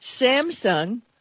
Samsung